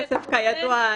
כסף הוא נותן?